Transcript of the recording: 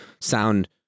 sound